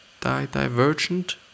Divergent